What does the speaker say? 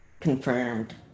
confirmed